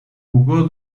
jugó